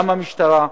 גם המשטרה,